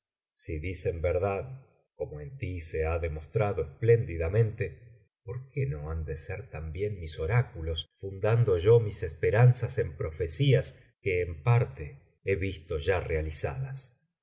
y padre de muchos reyes si dicen verdad como en tí se ha demostrado espléndidamente por qué no han de ser también mis oráculos fundando yo mis esperanzas en profecías que en parte he visto ya realizadas